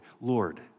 Lord